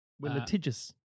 litigious